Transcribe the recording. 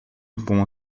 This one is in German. bon